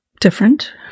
different